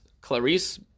Clarice